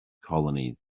colonies